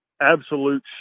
absolute